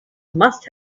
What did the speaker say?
must